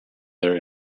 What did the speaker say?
their